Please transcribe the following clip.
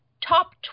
top